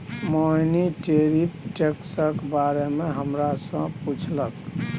मोहिनी tariff टैक्सक बारे मे हमरा सँ पुछलक